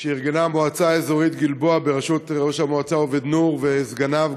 שארגנה המועצה האזורית בראשות ראש המועצה עובד נור וסגניו,